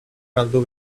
galdu